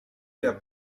der